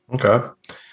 Okay